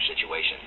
situation